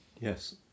Yes